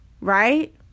right